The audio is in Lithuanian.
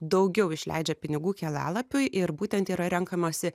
daugiau išleidžia pinigų kelialapiui ir būtent yra renkamasi